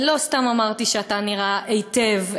לא סתם אמרתי שאתה נראה היטב,